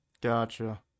Gotcha